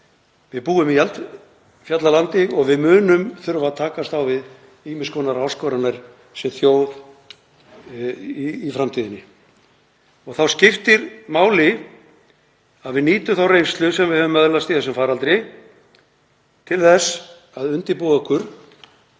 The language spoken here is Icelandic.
Við búum í eldfjallalandi og við munum þurfa að takast á við ýmiss konar áskoranir sem þjóð í framtíðinni. Þá skiptir máli að við nýtum þá reynslu sem við höfum öðlast í þessum faraldri til þess að undirbúa okkur